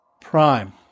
prime